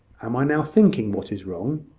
am i now thinking what is wrong?